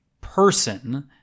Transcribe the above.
person